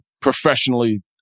professionally